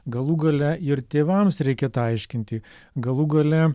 galų gale ir tėvams reikia tą aiškinti galų gale